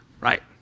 Right